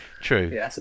True